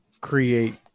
create